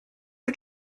are